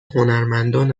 هنرمندان